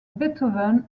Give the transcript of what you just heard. beethoven